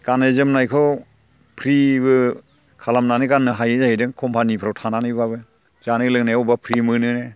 गाननाय जोमनायखौ फ्रिबो खालामनानै गाननो हायो जाहैदों कम्पानिफ्राव थानानैबाबो जानाय लोंनायावबो फ्रि मोनोनो